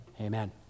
amen